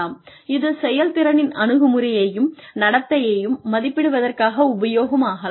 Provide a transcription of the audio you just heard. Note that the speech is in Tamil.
ஆனால் இது செயல்திறனின் அணுகுமுறையையும் நடத்தையையும் மதிப்பிடுவதற்காக உபயோகமாகலாம்